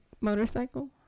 motorcycle